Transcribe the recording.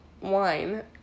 wine